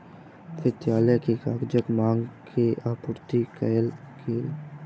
विद्यालय के कागजक मांग के आपूर्ति कयल गेल